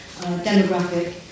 demographic